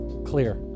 Clear